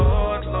Lord